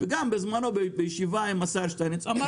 בזמנו בישיבה עם השר שטייניץ הוא הסכים